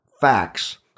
facts